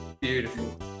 Beautiful